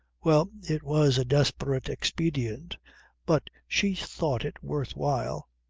well, it was a desperate expedient but she thought it worth while.